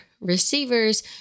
receivers